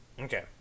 Okay